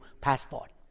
passport